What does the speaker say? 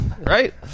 Right